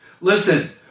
Listen